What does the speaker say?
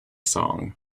song